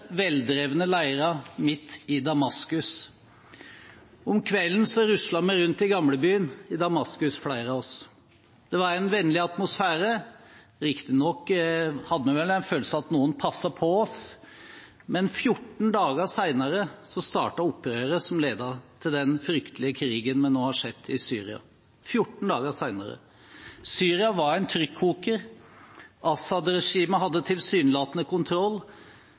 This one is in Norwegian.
veldrevne leirer midt i Damaskus. Om kvelden ruslet flere av oss rundt i gamlebyen i Damaskus. Det var en vennlig atmosfære, riktignok hadde vi vel en følelse av at noen passet på oss, men 14 dager senere startet opprøret som ledet til den fryktelige krigen vi nå har sett i Syria – 14 dager senere. Syria var en trykkoker, Assad-regimet hadde tilsynelatende kontroll,